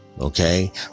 Okay